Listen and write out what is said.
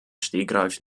stegreif